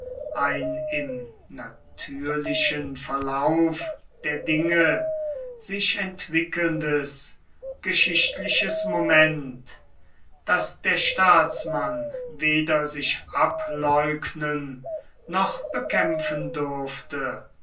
ein im natürlichen verlauf der dinge sich entwickelndes geschichtliches moment das der staatsmann weder sich ableugnen noch bekämpfen durfte